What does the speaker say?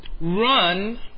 run